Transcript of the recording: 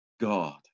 God